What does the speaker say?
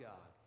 God